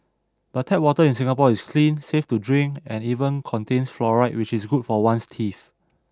but tap water in Singapore is clean safe to drink and even contains fluoride which is good for one's teeth